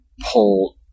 pull